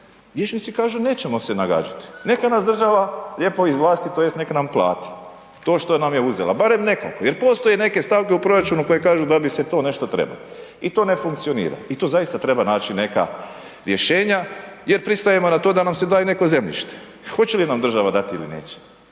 vijećnici kažu nećemo se nagađati, neka nas država lijepo izvlasti tj. neka nam plati to što nam je uzela, barem nekoliko jer postoje neke stavke u proračunu koje kažu da bi se to nešto trebalo i to ne funkcionira i tu zaista treba naći neka rješenja jer pristajem na to da nam se da neko zemljište. Hoće li nam država dati ili neće?